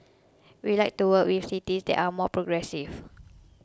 we like to work with cities that are more progressive